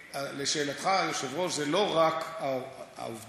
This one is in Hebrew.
לשאלתך, היושב-ראש, זה לא רק העובדים.